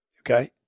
Okay